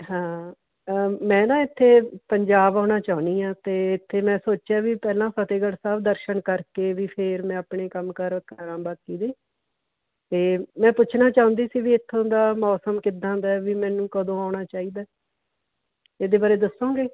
ਹਾਂ ਮੈਂ ਨਾ ਇੱਥੇ ਪੰਜਾਬ ਆਉਣਾ ਚਾਹੁੰਦੀ ਹਾਂ ਅਤੇ ਇੱਥੇ ਮੈਂ ਸੋਚਿਆ ਵੀ ਪਹਿਲਾਂ ਫਤਿਹਗੜ੍ਹ ਸਾਹਿਬ ਦਰਸ਼ਨ ਕਰਕੇ ਵੀ ਫਿਰ ਮੈਂ ਆਪਣੇ ਕੰਮਕਾਰ ਕਰਾਂ ਬਾਕੀ ਦੇ ਅਤੇ ਮੈਂ ਪੁੱਛਣਾ ਚਾਹੁੰਦੀ ਸੀ ਵੀ ਇੱਥੋਂ ਦਾ ਮੌਸਮ ਕਿੱਦਾਂ ਦਾ ਵੀ ਮੈਨੂੰ ਕਦੋਂ ਆਉਣਾ ਚਾਹੀਦਾ ਇਹਦੇ ਬਾਰੇ ਦੱਸੋਂਗੇ